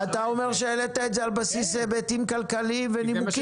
אתה אומר שהעלית את זה על בסיס היבטים כלכליים ונימוקים.